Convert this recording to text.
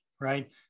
right